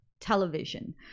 television